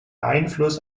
einfluss